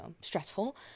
stressful